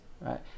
right